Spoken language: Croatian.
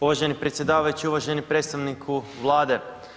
Uvaženi predsjedavajući, uvaženi predstavniku Vlade.